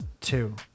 Two